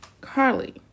Carly